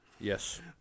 Yes